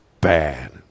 bad